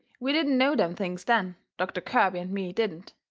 we didn't know them things then, doctor kirby and me didn't.